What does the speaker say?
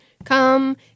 come